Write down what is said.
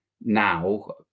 now